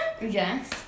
yes